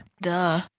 Duh